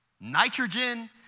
nitrogen